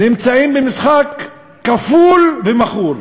נמצאים במשחק כפול ומכור,